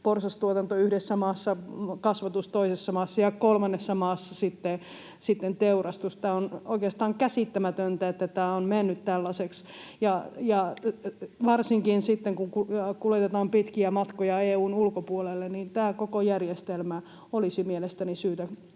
porsastuotanto yhdessä maassa, kasvatus toisessa maassa ja kolmannessa maassa sitten teurastus. Tämä on oikeastaan käsittämätöntä, että tämä on mennyt tällaiseksi. Varsinkin sitten, kun kuljetetaan pitkiä matkoja EU:n ulkopuolelle, tämä koko järjestelmä olisi mielestäni syytä